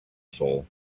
soul